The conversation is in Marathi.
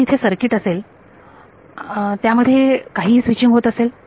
जर इथे सर्किट असेल त्यामध्ये काहीही स्विचींग होत असेल